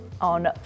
on